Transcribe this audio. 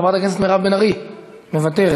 חברת הכנסת מירב בן ארי, מוותרת.